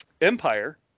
Empire